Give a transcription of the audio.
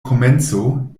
komenco